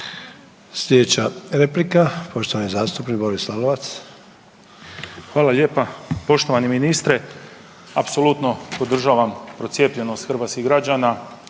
Slijedeća replika poštovani zastupnik Boris Lalovac. **Lalovac, Boris (SDP)** Hvala lijepa. Poštovani ministre apsolutno podržavam procijepljenost hrvatskih građana